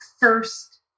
first